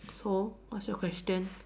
so what's your question